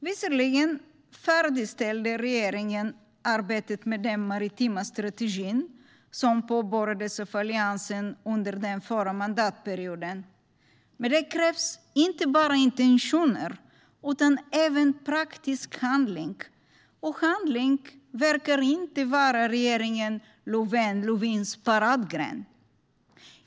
Visserligen färdigställde regeringen arbetet med den maritima strategin som påbörjades av Alliansen under förra mandatperioden, men det krävs inte bara intentioner utan även praktisk handling, och handling verkar inte vara regeringen Löfven-Lövins paradgren.